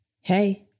Hey